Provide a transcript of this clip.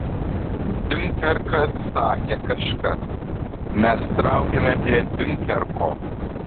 diunkerkas sakė kažkas mes traukiame prie diunkerko